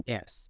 Yes